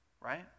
right